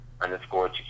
underscore